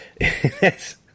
Yes